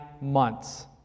months